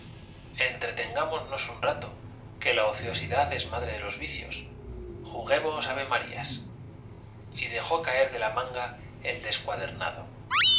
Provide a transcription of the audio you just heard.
dijo entretengámonos un rato que la ociosidad es madre de los vicios juguemos avemarías y dejó caer de la manga el